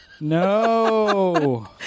No